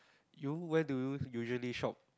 you where do you usually shop